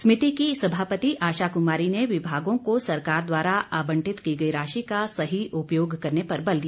समिति की सभापति आशा कुमारी ने विभागों को सरकार द्वारा आबंटित की गई राशि का सही उपयोग करने पर बल दिया